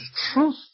truth